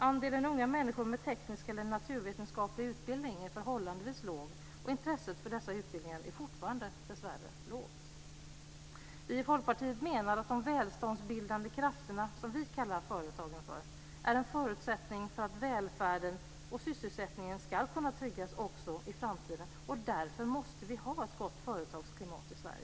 Andelen unga människor med teknisk eller naturvetenskaplig utbildning är förhållandevis låg, och intresset för dessa utbildningar är fortfarande, dessvärre, litet. Vi i Folkpartiet menar att de välståndsbildande krafterna, som vi kallar företagen för, är en förutsättning för att välfärden och sysselsättningen ska kunna tryggas också i framtiden. Därför måste vi ha ett gott företagsklimat i Sverige.